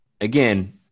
again